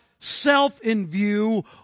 self-in-view